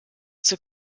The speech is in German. zur